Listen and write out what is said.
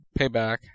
Payback